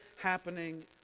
happening